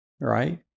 right